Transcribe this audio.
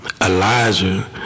Elijah